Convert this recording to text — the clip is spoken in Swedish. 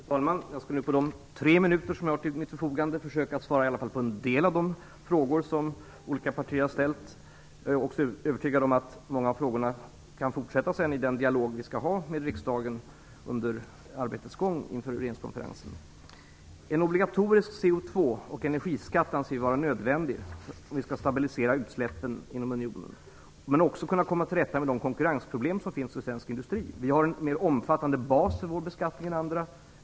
Fru talman! Jag skall på de tre minuter som jag har till mitt förfogande i alla fall försöka att svara på en del av de frågor som olika partiföreträdare har ställt. Jag är också övertygad om att många av frågorna kan behandlas vidare i den dialog vi skall ha med riksdagen under arbetets gång inför regeringskonferensen. En obligatorisk CO2 och energiskatt anser vi vara nödvändig om vi skall kunna stabilisera utsläppen inom unionen, men också för att kunna komma till rätta med de konkurrensproblem som finns för svensk industri. Vi har en mer omfattande bas för vår beskattning än andra.